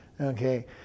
Okay